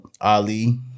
Ali